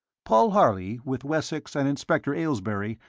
paul harley, with wessex and inspector aylesbury,